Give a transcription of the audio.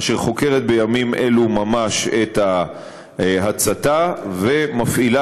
אשר חוקרת בימים אלו ממש את ההצתה ומפעילה